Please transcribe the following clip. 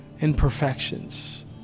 imperfections